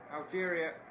Algeria